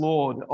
Lord